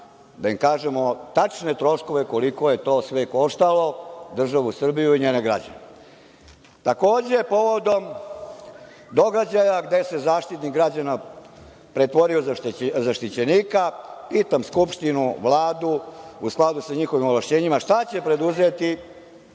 da im kažemo tačne troškove koliko to sve koštalo državu Srbiju i njene građane. Takođe, povodom događaja gde se Zaštitnik građana pretvorio u zaštićenika, pitam Skupštinu, Vladu, u skladu sa njihovim ovlašćenjima, šta će preduzeti